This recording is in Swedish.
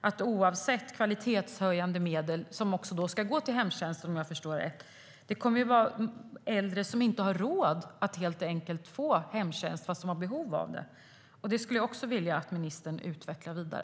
att det kommer att finnas äldre som oavsett kvalitetshöjande medel - vilka om jag förstår det rätt även ska gå till hemtjänsten - inte har råd att få hemtjänst trots att de har behov av det. Det skulle jag också vilja att ministern utvecklade.